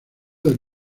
del